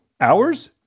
hours